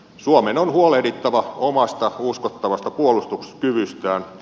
suomen on huolehdittava omasta uskottavasta puolustuskyvystään